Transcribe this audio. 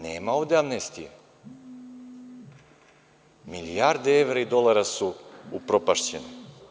Nema ovde amnestije, milijarde evra i dolara su upropašćeni.